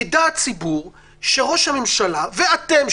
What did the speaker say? יידע הציבור שראש הממשלה ואתם,